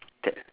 tel~